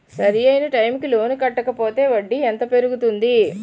సరి అయినా టైం కి లోన్ కట్టకపోతే వడ్డీ ఎంత పెరుగుతుంది?